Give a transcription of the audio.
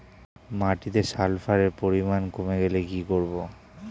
মাটিতে সালফার পরিমাণ কমে গেলে কি করব?